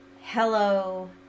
Hello